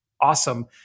awesome